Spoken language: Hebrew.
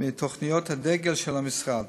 מתוכניות הדגל של המשרד,